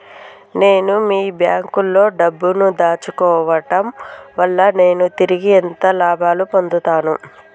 నేను మీ బ్యాంకులో డబ్బు ను దాచుకోవటం వల్ల నేను తిరిగి ఎంత లాభాలు పొందుతాను?